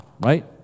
Right